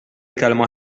kelma